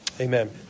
Amen